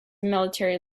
military